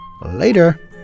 Later